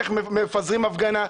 איך מפזרים הפגנה,